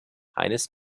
eines